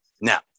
Now